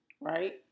Right